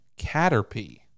caterpie